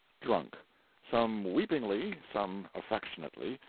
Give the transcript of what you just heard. drunk some weepingly, some affectionately,